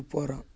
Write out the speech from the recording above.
ଉପର